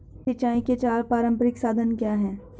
सिंचाई के चार पारंपरिक साधन क्या हैं?